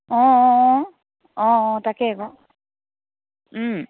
অ অ অ অ অ তাকে আকৌ ওম